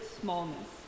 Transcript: smallness